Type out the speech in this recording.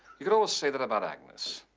you could always say that about agnes.